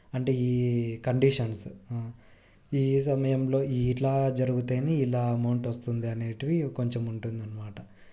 అంటే ఈ కండీషన్స్ ఈ సమయంలో ఈ ఇట్లా జరిగితేనే ఇలా అమౌంట్ వస్తుంది అనేవి కొంచెం ఉంటుందన్నమాట